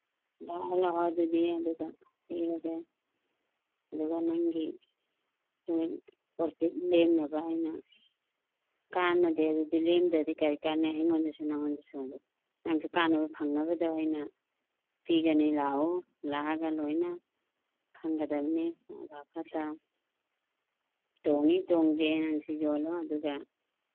ꯂꯥꯛꯑꯣ ꯂꯥꯛꯑꯣ ꯑꯗꯨꯗꯤ ꯑꯗꯨꯒ ꯄꯤꯔꯒꯦ ꯑꯗꯨꯒ ꯅꯪꯒꯤ ꯄ꯭ꯔꯣꯐꯤꯠ ꯂꯦꯝꯅꯕ ꯑꯩꯅ ꯀꯥꯅꯗꯦ ꯑꯗꯨꯗꯤ ꯂꯦꯝꯗ꯭ꯔꯗꯤ ꯀꯔꯤ ꯀꯥꯅꯩ ꯑꯩꯉꯣꯟꯗꯁꯨ ꯅꯪꯉꯣꯟꯗꯁꯨ ꯑꯗꯨ ꯅꯪꯁꯨ ꯀꯥꯟꯅꯕꯗꯨ ꯐꯪꯅꯕꯗꯨ ꯑꯩꯅ ꯄꯤꯒꯅꯤ ꯂꯥꯛꯑꯣ ꯂꯥꯛꯑꯒ ꯂꯣꯏꯅ ꯈꯪꯒꯗꯝꯅꯤ ꯑꯐ ꯐꯠꯇ ꯇꯣꯡꯉꯤ ꯇꯣꯡꯗꯦ ꯅꯪꯁꯨ ꯌꯣꯜꯂꯣ ꯑꯗꯨꯒ